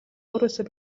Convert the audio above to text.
өөрөөсөө